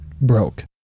broke